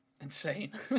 Insane